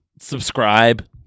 Subscribe